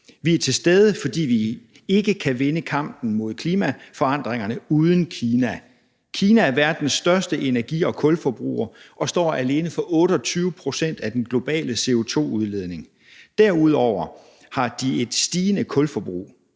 Vi er til stede, fordi vi ikke kan vinde kampen mod klimaforandringerne uden Kina. Kina er verdens største energi- og kulforbruger og står alene for 28 pct. af den globale CO2-udledning. Derudover har de et stigende kulforbrug.